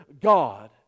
God